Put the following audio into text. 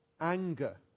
anger